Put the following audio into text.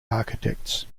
architects